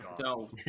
no